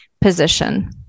position